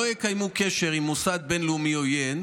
לא יקיימו קשר עם מוסד בין-לאומי עוין,